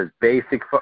basic